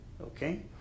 Okay